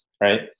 right